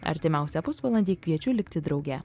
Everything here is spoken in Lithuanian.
artimiausią pusvalandį kviečiu likti drauge